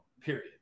period